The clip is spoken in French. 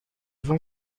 vend